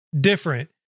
different